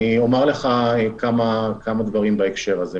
אני אומר לך כמה דברים בהקשר הזה.